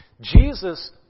Jesus